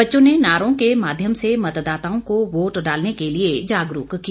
बच्चों ने नारों के माध्यम से मतदाताओं को वोट डालने के लिए जागरूक किया